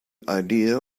idea